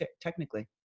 technically